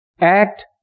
act